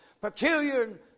peculiar